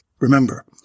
Remember